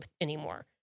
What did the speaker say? anymore